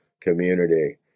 community